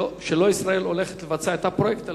שלא ישראל הולכת לבצע את הפרויקט,